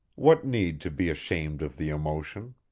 what need to be ashamed of the emotion?